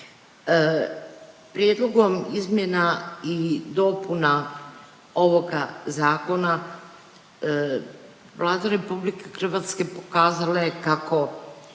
Prijedlogom izmjena i dopuna ovoga zakona Vlada RH pokazala je kako